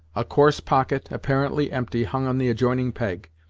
a coarse pocket, apparently empty, hung on the adjoining peg,